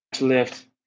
lift